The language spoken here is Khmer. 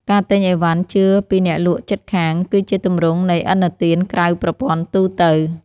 ការទិញឥវ៉ាន់ជឿពីអ្នកលក់ជិតខាង គឺជាទម្រង់នៃឥណទានក្រៅប្រព័ន្ធទូទៅ។